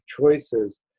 choices